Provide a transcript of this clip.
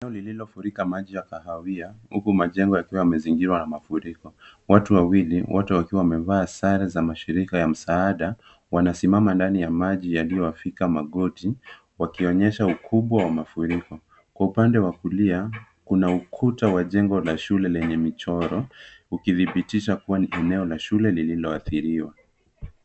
Eneo liliofurika maji ya kahawia huku majengo yakiwa yamezigirwa na mafuriko. Watu wawili wote wakiwa wamevaa sare za mashirika ya msaada wanasimama ndani ya maji yaliyowafika magoti wakionyesha ukubwa wa mafuriko. Kwa upande wa kulia kuna ukuta wa jengo la shule lenye michoro ukidhibitisha kuwa ni eneo la shule lililoathiriwa